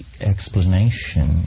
explanation